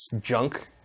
junk